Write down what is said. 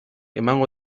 emango